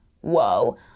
whoa